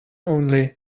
only